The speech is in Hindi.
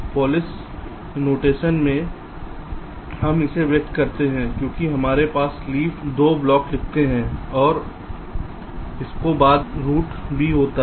पॉलिश संकेतन में हम इसे व्यक्त करते हैं क्योंकि पहले हम लीफ 2 ब्लॉक लिखते हैं और उसके बाद रूट V होता है